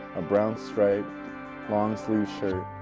a brown stripe long sleeve shirt,